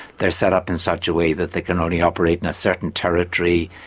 they're set up in such a way that they can only operate in a certain territory,